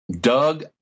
Doug